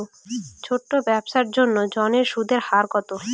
ছোট ব্যবসার জন্য ঋণের সুদের হার কত?